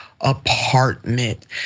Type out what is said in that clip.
apartment